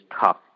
tough